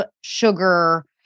sugar